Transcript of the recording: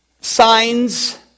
signs